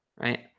right